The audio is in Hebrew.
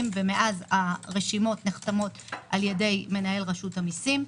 ומאז הרשימות נחתמות על-ידי מנהל רשות המיסים.